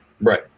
Right